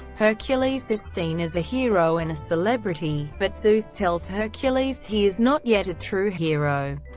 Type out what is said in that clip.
hercules is seen as a hero and a celebrity, but zeus tells hercules he is not yet a true hero.